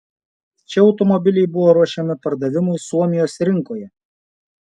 čia automobiliai buvo ruošiami pardavimui suomijos rinkoje